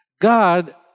God